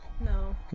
no